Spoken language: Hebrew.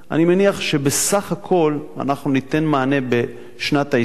אני מניח שבסך הכול אנחנו ניתן מענה בשנת הסבסוד